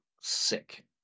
sick